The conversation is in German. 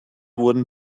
wurden